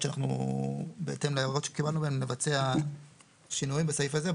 שאנחנו בהתאם להערות שקיבלנו מהם נבצע שינויים בסעיף הזה.